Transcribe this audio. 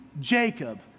Jacob